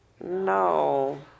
No